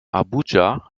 abuja